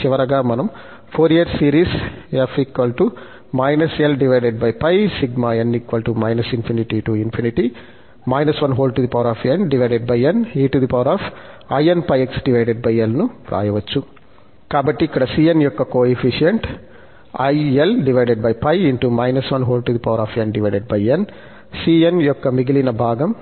చివరగా మనము Fourier series ను వ్రాయవచ్చు కాబట్టి ఇక్కడ cn యొక్క కోయెఫిషియంట్ cn యొక్క మిగిలిన భాగం